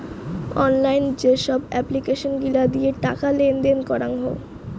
online যেসব application গিলা দিয়ে টাকা লেনদেন করাঙ হউ